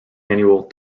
annual